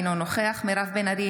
אינו נוכח מירב בן ארי,